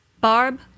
Barb